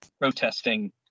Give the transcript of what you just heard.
protesting